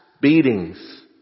beatings